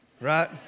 right